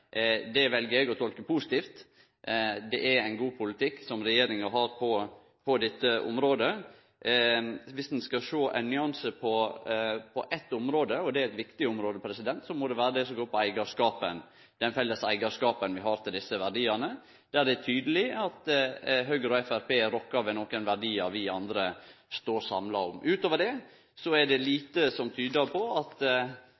Det vel eg å tolke positivt. Det er ein god politikk regjeringa har på dette området. Viss ein skal sjå ein nyanse på eitt område – og det er eit viktig område – så må det vere det som går på den felles eigarskapen vi har til desse verdiane. Der er det tydeleg at Høgre og Framstegspartiet rokkar ved nokre verdiar vi andre står samla om. Utover det er det lite